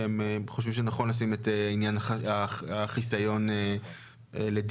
שהם חושבים שנכון לשים את עניין החיסיון לדיון,